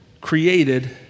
created